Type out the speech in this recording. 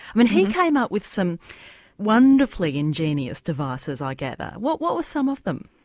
i mean he came up with some wonderfully ingenious devices, i gather. what what were some of them?